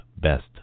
best